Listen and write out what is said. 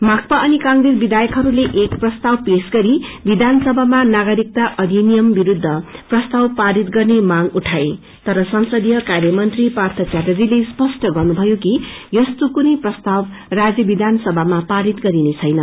माकपा अनि कंग्रेस विधायकहयले एक प्रस्ताव पेश गरी विधानसभामा नागरिकता अधनियम विरूद्ध प्रस्ताव पारित गर्ने मांग उठाईएको थियो तर संसदीय कार्यमंत्री पार्थ च्याटर्जीले स्पष्ट गर्नुभयो कि यस्तो कुनै प्रस्ताव राज्य विधानसभामा परित गरिनेछैन